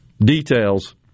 details